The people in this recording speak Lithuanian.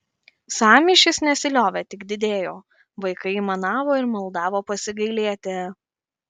sąmyšis nesiliovė tik didėjo vaikai aimanavo ir maldavo pasigailėti